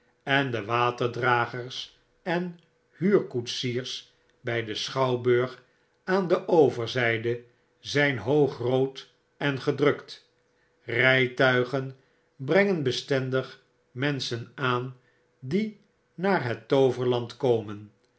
en de waterdragers en huurkoetsiers bij den schouwburg aan de overzijde zijn hoogrood en gedrukt kytuigen brengen bestendig menschen aan die naar het tooverland komen